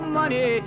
money